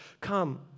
come